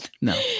No